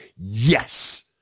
yes